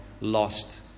lost